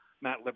Matt